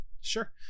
Sure